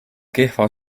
kehva